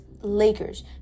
Lakers